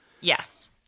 yes